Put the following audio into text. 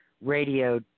Radio